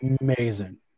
amazing